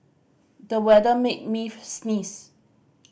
the weather made me sneeze